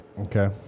Okay